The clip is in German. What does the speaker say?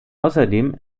außerdem